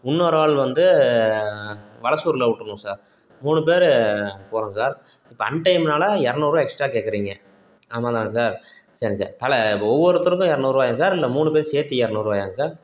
இன்னோரு ஆள் வந்து வளசூர்ல விட்ருணும் சார் மூணு பேர் போகிறோம் சார் இப்போ அன்டைம்னால் இரநூறுவா எக்ஸ்ட்ரா கேட்கறீங்க ஆமாம் தானே சார் சரி சார் தல இப்போ ஒவ்வொருத்தருக்கும் இரநூறுவாயா சார் இல்லை மூணு பேர் சேர்த்தி இரநூறுவாயாங்க சார்